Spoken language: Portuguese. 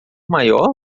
maior